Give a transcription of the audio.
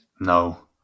No